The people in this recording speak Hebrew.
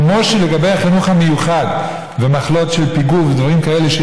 כמו שלגבי החינוך המיוחד ומחלות של פיגור ודברים כאלה יש